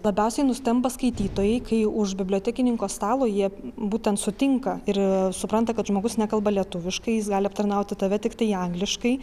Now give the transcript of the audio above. labiausiai nustemba skaitytojai kai už bibliotekininko stalo jie būtent sutinka ir supranta kad žmogus nekalba lietuviškai jis gali aptarnauti tave tiktai angliškai